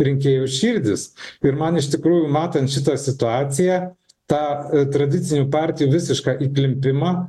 rinkėjų širdis ir man iš tikrųjų matant šitą situaciją tą tradicinių partijų visišką įklimpimą